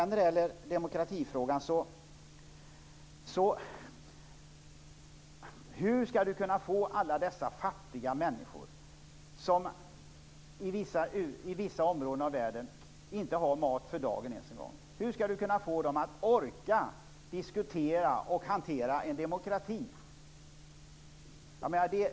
När det gäller demokratifrågan undrar jag: Hur skall vi kunna få alla dessa fattiga människor, som i vissa områden inte ens har mat för dagen, att orka diskutera och hantera en demokrati?